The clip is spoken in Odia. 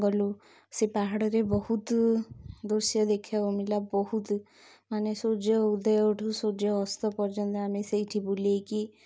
ଗଲୁ ସେ ପାହାଡ଼ ରେ ବହୁତ ଦୃଶ୍ୟ ଦେଖିବାକୁ ମିିଳିଲା ବହୁତ ମାନେ ସୂର୍ଯ୍ୟ ଉଦୟ ଠୁ ସୂର୍ଯ୍ୟ ଅସ୍ତ ପର୍ଯ୍ୟନ୍ତ ଆମେ ସେଇଠି ବୁଲକି